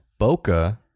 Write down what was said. bokeh